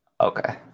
Okay